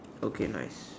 okay nice